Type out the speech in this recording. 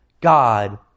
God